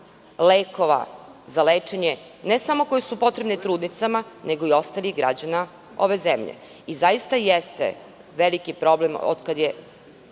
lekova za lečenje, ne samo koji su potrebni trudnicama, nego i ostalim građanima ove zemlje. I zaista jeste veliki problem od kada